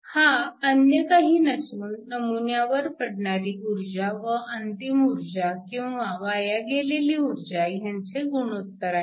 हा अन्य काही नसून नमुन्यावर पडणारी ऊर्जा व अंतिम ऊर्जा किंवा वाया गेलेली ऊर्जा ह्यांचे गुणोत्तर आहे